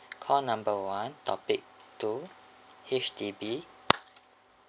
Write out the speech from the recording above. call number one topic two H_D_B